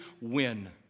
win